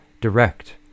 direct